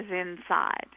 inside